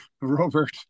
Robert